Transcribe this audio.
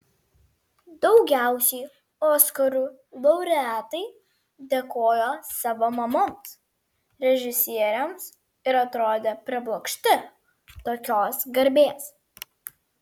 daugiausiai oskarų laureatai dėkojo savo mamoms režisieriams ir atrodė priblokšti tokios garbės